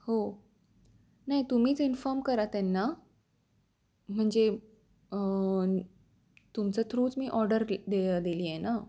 हो नाही तुम्हीच इन्फॉर्म करा त्यांना म्हणजे तुमचं थ्रूच मी ऑर्डर के दिली आहे ना